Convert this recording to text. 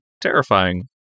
terrifying